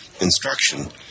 instruction